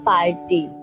Party